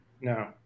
No